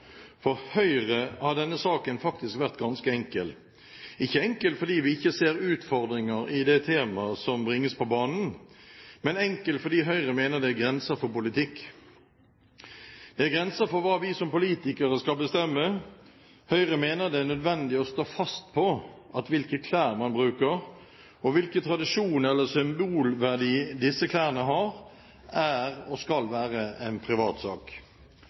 For Høyre har denne saken faktisk vært ganske enkel, ikke enkel fordi vi ikke ser utfordringer i det temaet som bringes på banen, men enkel fordi Høyre mener det er grenser for politikk. Det er grenser for hva vi som politikere skal bestemme. Høyre mener det er nødvendig å stå fast på at hvilke klær man bruker, og hvilken tradisjon eller symbolverdi disse klærne har, er og skal være en privatsak.